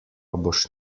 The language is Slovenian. boš